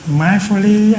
mindfully